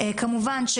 כמובן,